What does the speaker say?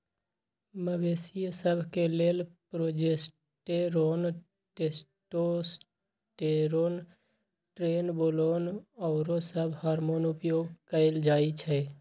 मवेशिय सभ के लेल प्रोजेस्टेरोन, टेस्टोस्टेरोन, ट्रेनबोलोन आउरो सभ हार्मोन उपयोग कयल जाइ छइ